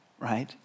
Right